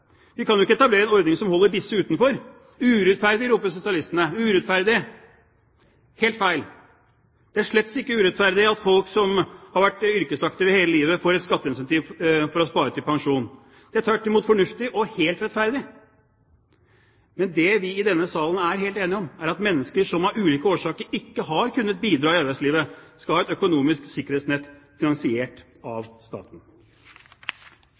Vi kan jo ikke etablere en ordning som holder disse utenfor. Urettferdig, roper sosialistene. Det er helt feil. Det er slett ikke urettferdig at folk som har vært yrkesaktive hele livet, får et skatteincentiv for å spare til pensjon. Det er tvert imot fornuftig og helt rettferdig. Men det vi i denne salen er helt enige om, er at mennesker som av ulike årsaker ikke har kunnet bidra i arbeidslivet, skal ha et økonomisk sikkerhetsnett finansiert av staten.